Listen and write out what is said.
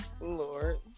Lord